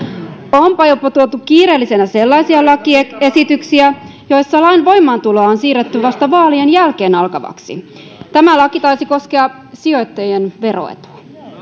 onpa jopa tuotu kiireellisenä sellaisia lakiesityksiä joissa lain voimaantuloa on siirretty vasta vaalien jälkeen alkavaksi tämä laki taisi koskea sijoittajien veroetua